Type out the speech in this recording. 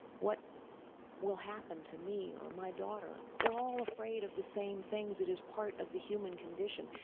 what will happen to me or my daughter? we're all afraid of the same things it is part of the human condition.